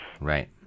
Right